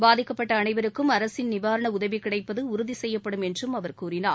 பாதிக்கப்பட்டஅனைவரும் அரசின் நிவாரணஉதவிகிடைப்பதுஉறுதிசெய்யப்படும் என்றும் அவர் கூறினார்